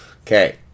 Okay